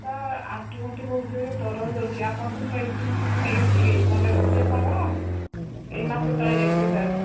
sir ଆଣ୍ଠୁ ଗଣ୍ଠି ବହୁତ ଜୋରରେ ଦରଜ ହେଉଛି ଆପଣଙ୍କଠୁ ମେଡ଼ିସିନ୍ ନେଇଥିଲି ମନେ ରହୁଛି ଆପଣଙ୍କର ଏଇ ମାସେ ତଳେ ଯାଇଥିଲି ସାର୍